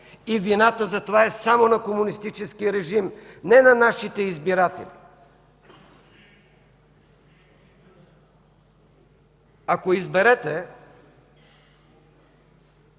и вината за това е само на комунистическия режим, не на нашите избиратели. Ако изберете